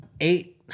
eight